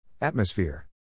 Atmosphere